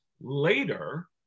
later